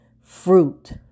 fruit